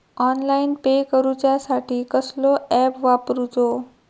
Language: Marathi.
ऑनलाइन पे करूचा साठी कसलो ऍप वापरूचो?